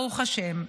ברוך השם,